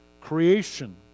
Creation